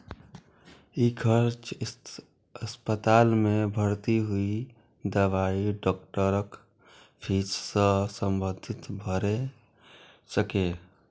ई खर्च अस्पताल मे भर्ती होय, दवाई, डॉक्टरक फीस सं संबंधित भए सकैए